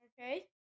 Okay